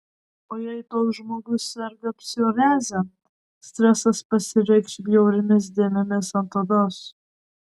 o jei toks žmogus serga psoriaze stresas pasireikš bjauriomis dėmėmis ant odos